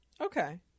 Okay